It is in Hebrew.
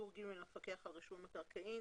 נותן השירות הוא המפקח על רישום מקרקעין.